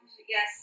yes